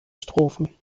strophen